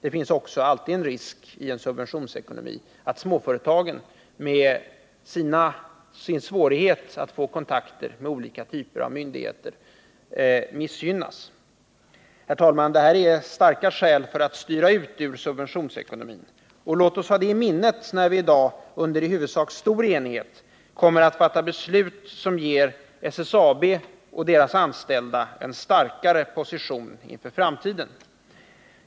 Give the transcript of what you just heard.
Det finns också alltid en risk i en subventionsekonomi att småföretagen, med sin svårighet att få kontakt med olika typer av myndigheter, missgynnas. Herr talman! Det här är starka skäl för att styra ut ur subventionsekonomin. Låt oss ha det i minnet när vi i dag, under i huvudsak stor enighet, kommer att fatta beslut som ger SSAB och dess anställda en starkare position inför framtiden.